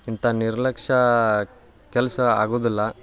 ಇಂಥ ನಿರ್ಲಕ್ಷ್ಯ ಕೆಲಸ ಆಗೋದಿಲ್ಲ